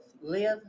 live